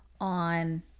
on